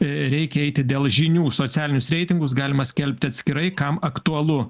reikia eiti dėl žinių socialinius reitingus galima skelbti atskirai kam aktualu